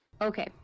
Okay